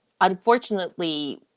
unfortunately